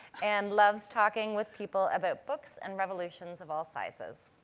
and loves talking with people about books and revolutions of all sizes.